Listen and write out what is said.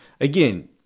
Again